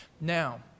Now